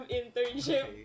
internship